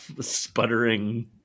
sputtering